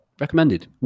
Recommended